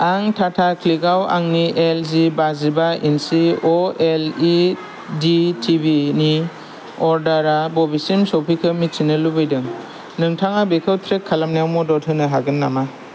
आं टाटा क्लिक आव आंनि एल जि बाजिबा इन्सि अ L E D T V नि अर्डारा बबेसिम सफैखो मिथिनो लुबैदों नोंथाङा बेखौ ट्रेक खालामनायाव मदद होनो हागोन नामा